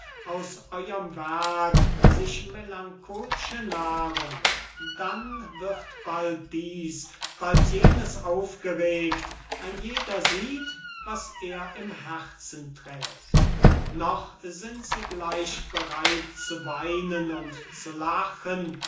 aus eurem werk sich melanchol'sche nahrung dann wird bald dies bald jenes aufgeregt ein jeder sieht was er im herzen trägt noch sind sie gleich bereit zu weinen und zu lachen